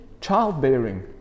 childbearing